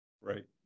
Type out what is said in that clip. Right